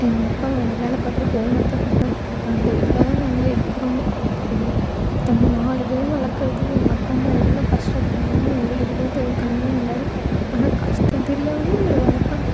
எங்கள் அப்பா வந்து வேலை பாக்கிற ஓனர் தான் கொடுத்தாங்க இப்போ அந்த வீட்டில் தான் நாங்கள் இருக்கிறோமே தம்பி நாலு பேரையும் வளக்கிறதுக்கு எங்கள் அப்பா அம்மா எவ்வளோ கஷ்டப்படுறாங்கனு எங்களுக்கு தான் தெரியும் கண் முன்னாடி ஆனால் கஷ்டந்தெரியாமல் எங்களை வளர்ப்பாங்க